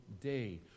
day